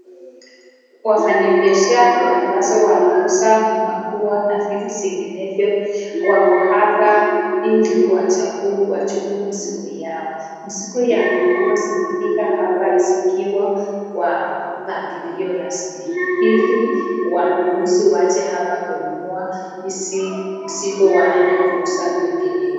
Wafanyi biashara ambazo wanauza manguo na vitu zingenevyo wako hapa, ili wachukue mzigo yao, mzigo ya maguo zimefika hapa zikiwa kwa mpangilio rasmi ili wanunuzi waje hapa kununua hizi mzigo waende kuuza kwingineko.